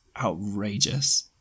outrageous